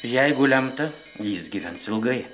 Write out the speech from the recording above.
jeigu lemta jis gyvens ilgai